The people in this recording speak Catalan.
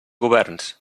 governs